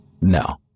No